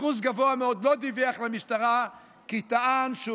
אחוז גבוה מאוד לא דיווח למשטרה כי טען שהוא